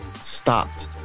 stopped